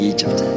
Egypt